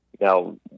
Now